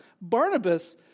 Barnabas